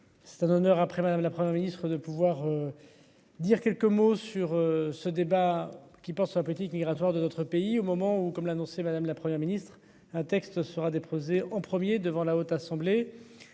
C'est un honneur après madame, la Première ministre de pouvoir. Dire quelques mots sur ce débat qui porte sur la politique migratoire de notre pays au moment où comme l'a annoncé madame, la Première ministre un texte sera déposé en premier devant la Haute Assemblée,